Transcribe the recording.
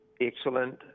excellent